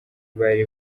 bari